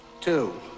two